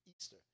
Easter